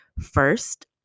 first